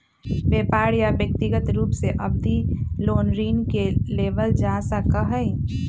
व्यापार या व्यक्रिगत रूप से अवधि लोन ऋण के लेबल जा सका हई